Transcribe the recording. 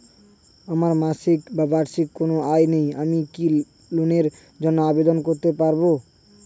আমার মাসিক বা বার্ষিক কোন আয় নেই আমি কি লোনের জন্য আবেদন করতে পারব?